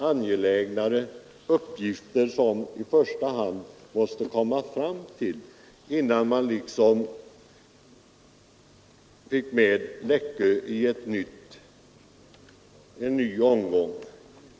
Byggnadsstyrelsen ansåg att det fanns angelägnare uppgifter som man först måste slutföra.